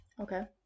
okay